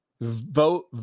vote